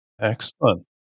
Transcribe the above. excellent